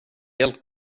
helt